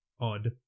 odd